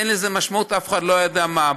אין לזה משמעות, אף אחד לא יודע מה.